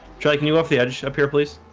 striking you off the edge up here, please.